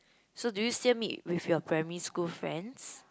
so do you still meet with your primary school friends